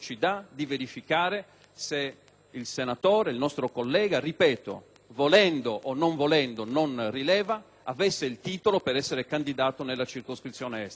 volendo o non volendo non rileva, avesse il titolo per essere candidato nella circoscrizione Estero. Inoltre, il contenuto